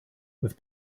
with